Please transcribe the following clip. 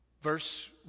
Verse